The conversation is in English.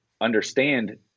understand